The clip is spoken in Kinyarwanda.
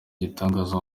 gitangaza